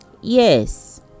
Yes